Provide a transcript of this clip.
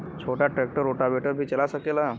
छोटा tractor rotavator भी चला सकेला?